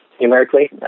numerically